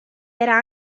era